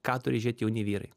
ką turi žiūrėt jauni vyrai